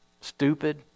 Stupid